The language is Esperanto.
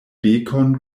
bekon